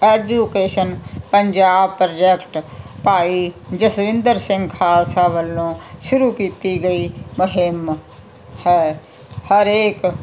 education Punjab project Bhai Jaswinder Singh Khalsa ਵੱਲੋਂ ਸ਼ੁਰੂ ਕੀਤੀ ਗਈ ਮੁਹਿੰਮ ਹੈ ਹਰੇਕ